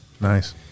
nice